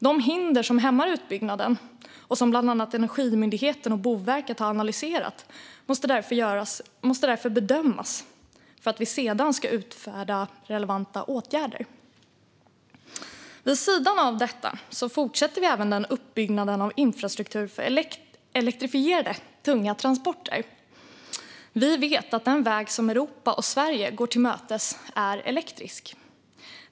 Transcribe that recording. De hinder som hämmar utbyggnaden, och som bland annat Energimyndigheten och Boverket har analyserat, måste bedömas för att vi sedan ska kunna vidta relevanta åtgärder. Vid sidan av detta fortsätter vi även med uppbyggnaden av infrastrukturen för elektrifierade tunga transporter. Vi vet att den väg som Europa och Sverige går till mötes är elektrisk.